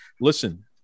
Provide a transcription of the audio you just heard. Listen